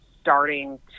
starting